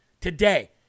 today